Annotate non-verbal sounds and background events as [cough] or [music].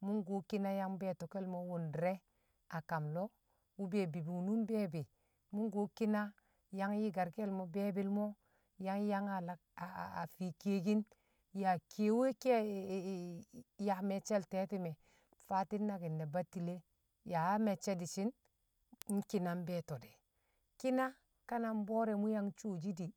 Mṵ nko ki̱na yang be̱e̱to̱ ke̱l mo̱ wṵndi̱re̱ a kam lo̱o̱ wṵ be̱e̱ bibingnung be̱e̱bi̱, mṵ nkuwo ki̱na yang yi̱karke̱l mu be̱e̱toi̱l mo yang yang [hesitation] a fii kiyekin ya kiyewe [hesitation] yaa me̱cce̱l te̱ti̱me̱ fati̱n naki̱n na battile yaa me̱cce̱ di̱shi̱n, nkina be̱e̱to̱ de̱, ki̱na ka na mbo̱o̱re̱ mṵ yang shoshi di̱,